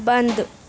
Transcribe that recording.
بند